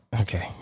okay